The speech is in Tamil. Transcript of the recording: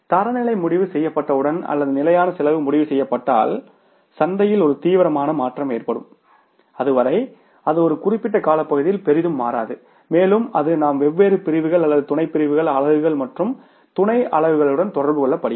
தரநிலைகள் முடிவு செய்யப்பட்டவுடன் அல்லது நிலையான செலவு முடிவு செய்யப்பட்டால் சந்தையில் ஒரு தீவிரமான மாற்றம் ஏற்படும் வரை அது ஒரு குறிப்பிட்ட காலப்பகுதியில் பெரிதும் மாறாது மேலும் அது நாம் வெவ்வேறு பிரிவுகள் அல்லது துணை பிரிவுகள் அலகுகள் மற்றும் துணை அலகுகளுடன் தொடர்பு கொள்ளப்படுகிறது